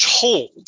told